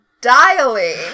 dialing